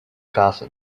cousin